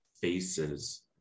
faces